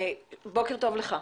בוקר טוב לך,